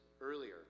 earlier